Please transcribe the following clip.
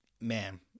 man